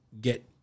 get